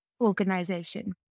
organization